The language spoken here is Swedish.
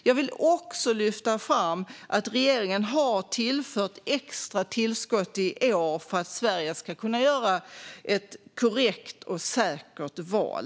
Jag vill också lyfta fram att regeringen har tillfört extra tillskott i år för att Sverige ska kunna genomföra ett korrekt och säkert val.